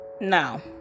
no